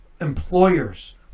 employers